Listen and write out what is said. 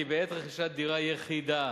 כי בעת רכישת דירה יחידה,